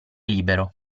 libero